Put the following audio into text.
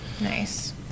Nice